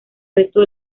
resto